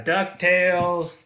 DuckTales